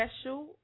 special